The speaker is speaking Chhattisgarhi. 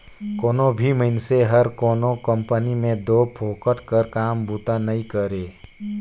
कोनो भी मइनसे हर कोनो कंपनी में दो फोकट कर काम बूता करे नई